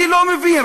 אני לא מבין.